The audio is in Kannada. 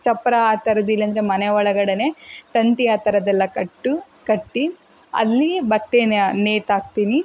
ಚಪ್ಪರ ಆ ಥರದ್ದು ಇಲ್ಲ ಅಂದರೆ ಮನೆ ಒಳಗಡೆಯೇ ತಂತಿ ಆ ಥರದ್ದೆಲ್ಲ ಕಟ್ಟು ಕಟ್ಟಿ ಅಲ್ಲಿ ಬಟ್ಟೆನ ನೇತು ಹಾಕ್ತಿನಿ